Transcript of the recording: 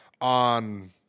on